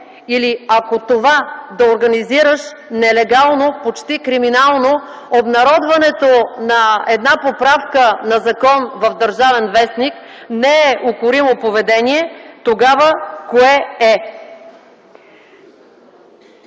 Или, ако това да организираш нелегално, почти криминално обнародването на една поправка на закон в „Държавен вестник” не е укоримо поведение, тогава кое е?